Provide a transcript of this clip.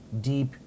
deep